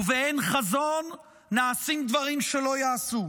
ובאין חזון, נעשים דברים שלא ייעשו.